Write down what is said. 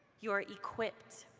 you are equipped,